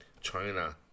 China